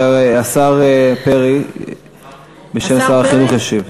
השר פרי בשם שר החינוך ישיב.